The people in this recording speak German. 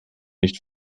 nicht